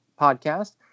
podcast